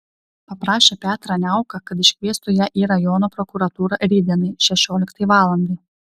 paprašė petrą niauką kad iškviestų ją į rajono prokuratūrą rytdienai šešioliktai valandai